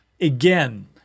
Again